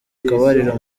akabariro